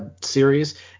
series